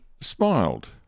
smiled